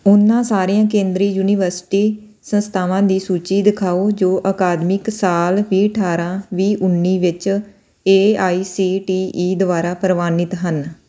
ਉਹਨਾਂ ਸਾਰੀਆਂ ਕੇਂਦਰੀ ਯੂਨੀਵਰਸਿਟੀ ਸੰਸਥਾਵਾਂ ਦੀ ਸੂਚੀ ਦਿਖਾਓ ਜੋ ਅਕਾਦਮਿਕ ਸਾਲ ਵੀਹ ਅਠਾਰਾਂ ਵੀਹ ਉੱਨੀ ਵਿੱਚ A I C T E ਦੁਆਰਾ ਪ੍ਰਵਾਨਿਤ ਹੈ